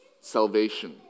salvation